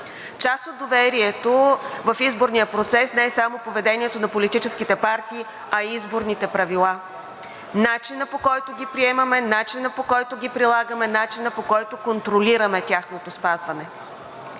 Част от доверието в изборния процес не е само поведението на политическите партии, а и изборните правила – начинът, по който ги приемаме, начинът, по който ги прилагаме, начинът, по който контролираме тяхното спазване.